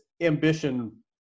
ambition